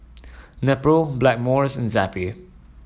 Nepro Blackmores and Zappy